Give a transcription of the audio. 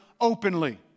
openly